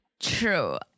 True